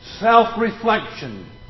self-reflection